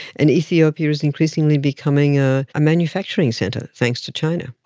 and ethiopia is increasingly becoming a manufacturing centre, thanks to china.